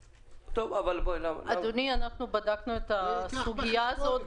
אדוני, בדקנו את הסוגיה הזו.